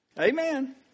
Amen